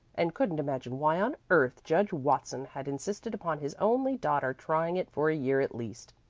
and couldn't imagine why on earth judge watson had insisted upon his only daughter's trying it for a year at least,